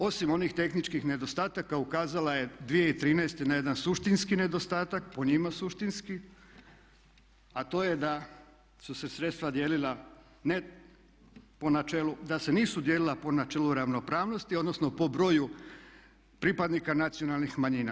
Osim onih tehničkih nedostataka ukazala je 2013. na jedan suštinski nedostatak, po njima suštinski a to je da su se sredstva dijelila ne po načelu, da se nisu dijelila po načelu ravnopravnosti odnosno po broju pripadnika nacionalnih manjina.